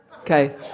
okay